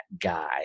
guy